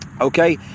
Okay